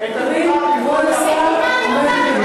זה מה שאמרתי לך.